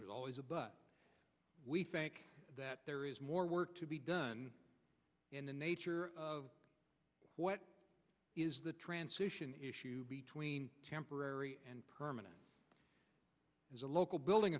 there's always a but we think that there is more work to be done in the nature of what is the transition between temporary and permanent is a local building